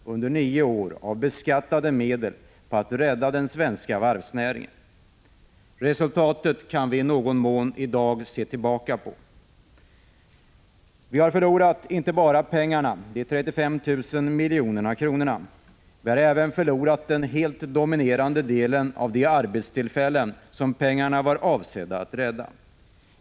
under nio år av beskattade medel på att rädda den svenska varvsnäringen. Resultatet kan vi i dag i någon mån se tillbaka på. Vi har förlorat inte bara pengarna, de 35 000 miljonerna, utan vi har även förlorat den helt dominerande delen av de arbetstillfällen som pengarna var avsedda att rädda.